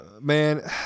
Man